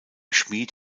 schmied